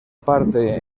parte